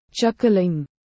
Chuckling